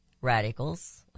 radicals